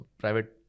private